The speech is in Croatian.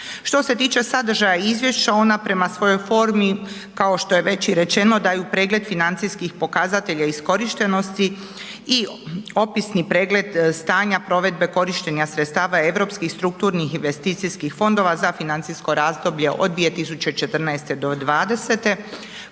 Što se tiče sadržaja izvješća ona prema svojoj formi, kao što je već i rečeno daju pregled financijskih pokazatelja iskorišteni i opisni pregled stanja provedbe korištenja sredstava Europskih strukturnih investicijskih fondova za financijsko razdoblje od 2014. do '20.